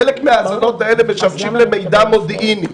חלק מההאזנות האלה משמשות למידע מודיעיני,